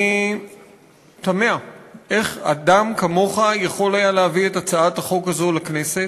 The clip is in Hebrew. אני תמה איך אדם כמוך יכול היה להביא את הצעת החוק הזו לכנסת.